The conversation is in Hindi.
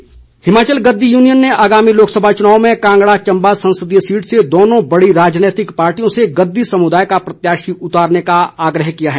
गददी हिमाचल गद्दी यूनियन ने आगामी लोकसभा चुनाव में कांगड़ा चंबा संसदीय सीट से दोनों बड़ी राजनैतिक पार्टियों से गद्दी समुदाय का प्रत्याशी उतारने का आग्रह किया है